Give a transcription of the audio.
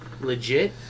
legit